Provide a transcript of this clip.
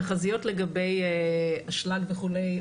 תחזיות לגבי אשלג וכו',